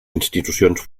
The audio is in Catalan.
institucions